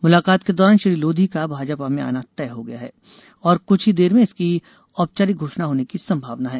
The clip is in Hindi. मुलाकात के दौरान श्री लोधी का भाजपा में आना तय हो गया है और कुछ ही देर में इसकी औपचारिक घोषणा होने की संभावना है